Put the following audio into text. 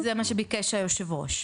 זה מה שביקש היושב ראש.